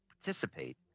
participate